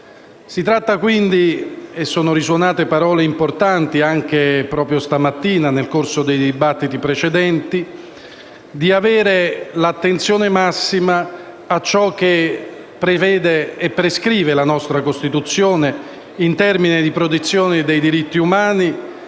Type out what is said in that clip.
Si tratta quindi - e sono risuonate parole importanti proprio stamattina nel corso dei dibattiti precedenti - di porre l'attenzione massima a ciò che prevede e prescrive la nostra Costituzione in termini di protezione dei diritti umani